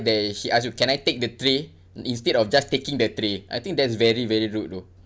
they he ask you can I take the tray instead of just taking the tray I think that's very very rude though